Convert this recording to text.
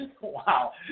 Wow